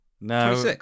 No